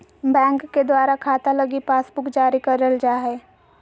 bank के द्वारा खाता लगी पासबुक जारी करल जा हय